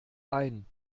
ein